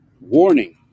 warning